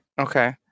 okay